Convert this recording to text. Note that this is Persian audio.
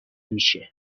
میشه